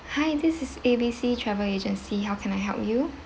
hi this is A B C travel agency how can I help you